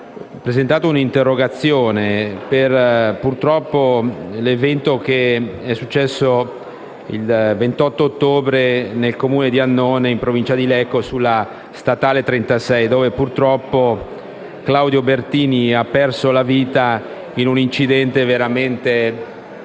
presentato un'interrogazione per l'evento che purtroppo è successo il 28 ottobre nel Comune di Annone, in Provincia di Lecco, sulla strada statale n. 36, dove purtroppo Claudio Bertini ha perso la vita in un incidente veramente...